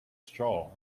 straw